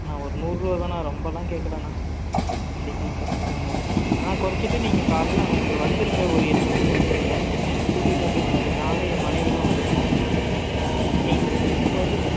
அண்ணா ஒரு நூறுவாதான்ண்ணா ரொம்ப எல்லாம் கேட்கல அண்ணா கண்டிப்பாகண்ணா குறச்சிக்கங்க ஆ குறச்சிட்டு நீங்கள் காலையில் இங்கே வந்துருங்க ஒரு எட்டு மணிக்கு வந்துருங்க என்ன கூட்டிகிட்டு அப்படியே அங்கே நானும் என் மனைவியிலாம் வந்துருக்கோம் நீங்கள் வந்து